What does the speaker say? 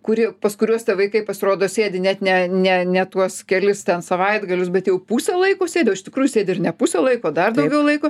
kurie pas kuriuos tie vaikai pasirodo sėdi net ne ne ne tuos kelis ten savaitgalius bet jau pusę laiko sėdi o iš tikrųjų sėdi ir ne pusę laiko o dar daugiau laiko